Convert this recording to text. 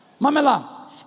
Mamela